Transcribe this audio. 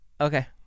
okay